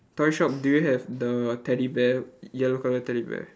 toy shop do you have the teddy bear yellow colour teddy bear